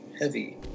heavy